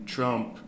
Trump